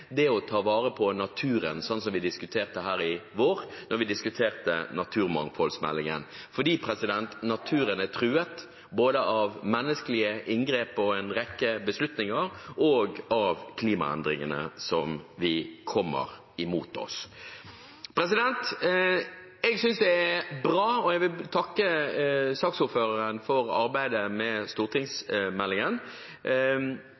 det å ta vare på naturen, som vi diskuterte her i vår da vi diskuterte naturmangfoldsmeldingen – for naturen er truet av både menneskelige inngrep, en rekke beslutninger og klimaendringene som kommer imot oss. Jeg synes det er bra, og jeg vil takke saksordføreren for arbeidet med